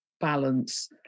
balance